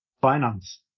finance